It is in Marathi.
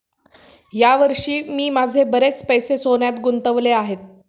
या वर्षी मी माझे बरेच पैसे सोन्यात गुंतवले आहेत